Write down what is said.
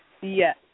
Yes